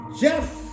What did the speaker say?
Jeff